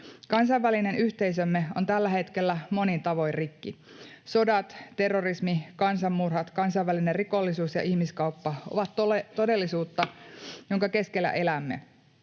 Kansainvälinen yhteisömme on tällä hetkellä monin tavoin rikki. Sodat, terrorismi, kansanmurhat, kansainvälinen rikollisuus ja ihmiskauppa ovat todellisuutta, jonka keskellä elämme.